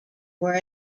were